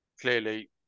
clearly